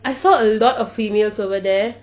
I saw a lot of females over there